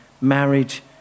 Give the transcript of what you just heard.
marriage